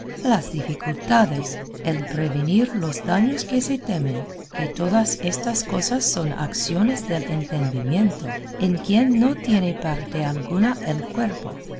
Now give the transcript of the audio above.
las dificultades el prevenir los daños que se temen que todas estas cosas son acciones del entendimiento en quien no tiene parte alguna el cuerpo